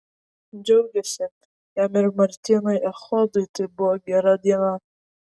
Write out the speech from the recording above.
džiaugėsi jam ir martynui echodui tai buvo gera diena